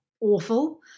awful